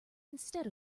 instead